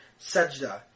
sajda